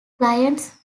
clients